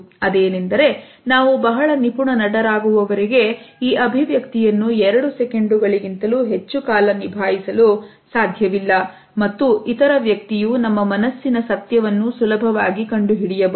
ಅದೇನೆಂದರೆ ನಾವು ಬಹಳ ನಿಪುಣ ನಟರಾಗುವವರೆಗೆ ಈ ಅಭಿವ್ಯಕ್ತಿಯನ್ನು ಎರಡು ಸೆಕೆಂಡು ಗಳಿಗಿಂತಲೂ ಹೆಚ್ಚು ಕಾಲ ನಿಭಾಯಿಸಲು ಸಾಧ್ಯವಿಲ್ಲ ಮತ್ತು ಇತರ ವ್ಯಕ್ತಿಯು ನಮ್ಮ ಮನಸ್ಸಿನ ಸತ್ಯವನ್ನು ಸುಲಭವಾಗಿ ಕಂಡುಹಿಡಿಯಬಹುದು